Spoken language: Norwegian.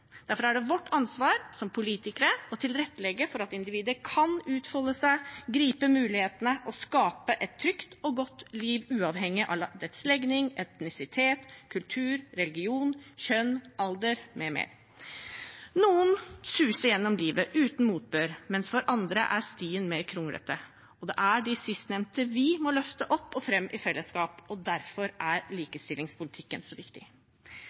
Derfor er det vårt ansvar som politikere å tilrettelegge for at individet kan utfolde seg, gripe mulighetene og skape et trygt og godt liv uavhengig av dets legning, etnisitet, kultur, religion, kjønn, alder m.m. Noen suser gjennom livet uten motbør, mens for andre er stien mer kronglete. Og det er de sistnevnte vi må løfte opp og fram i fellesskap. Derfor er likestillingspolitikken så viktig,